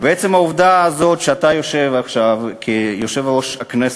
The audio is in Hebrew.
ועצם העובדה הזאת שאתה יושב עכשיו כיושב-ראש הכנסת,